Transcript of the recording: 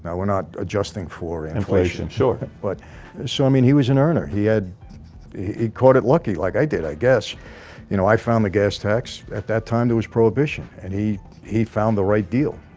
we're not adjusting for inflation sure but so i mean he was an earner he had he he caught it lucky like i did. i guess you know i found the gas tax at that time there was prohibition and he he found the right deal,